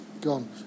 gone